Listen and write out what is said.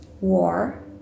war